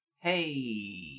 hey